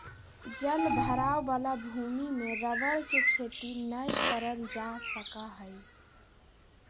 जल भराव वाला भूमि में रबर के खेती नय करल जा सका हइ